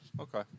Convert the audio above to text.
Okay